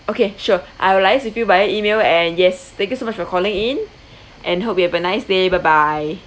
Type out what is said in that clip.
okay sure I will liaise with you via email and yes thank you so much for calling in and hope you have a nice day bye bye